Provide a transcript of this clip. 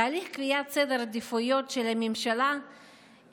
תהליך קביעת סדר העדיפויות של הממשלה ישתקף